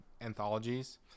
anthologies